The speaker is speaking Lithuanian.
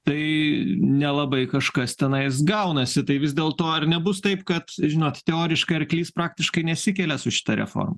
tai nelabai kažkas tenais gaunasi tai vis dėlto ar nebus taip kad žinot teoriškai arklys praktiškai nesikelia su šita reforma